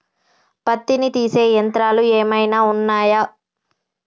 పత్తిని తీసే యంత్రాలు ఏమైనా ఉన్నయా?